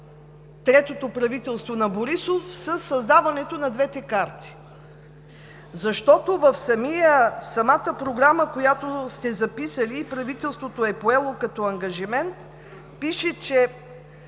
третото правителство на Борисов със създаването на двете карти. Защото в самата програма, която сте записали, и правителството е поело като ангажимент, пише, че